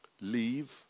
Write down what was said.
Leave